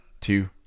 two